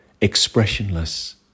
Expressionless